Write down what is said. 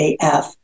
AF